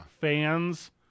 fans